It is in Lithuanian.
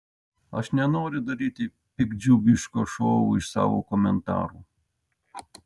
aš nenoriu daryti piktdžiugiško šou iš savo komentarų